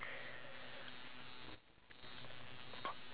I swear to god